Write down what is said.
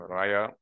Raya